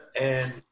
and-